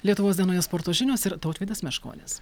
lietuvos dienoje sporto žinios ir tautvydas meškonis